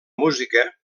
música